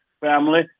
family